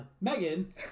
Megan